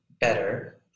better